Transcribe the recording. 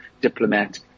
diplomat